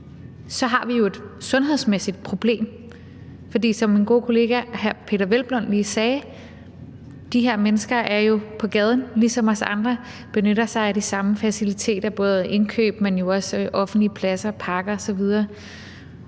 Så har vi et sundhedsmæssigt problem, for som min gode kollega hr. Peder Hvelplund lige sagde, er de her mennesker jo på gaden ligesom os andre og benytter sig af de samme faciliteter, både indkøbssteder, men også offentlige pladser, parker osv.